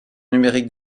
numériques